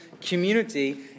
community